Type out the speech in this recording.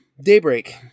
Daybreak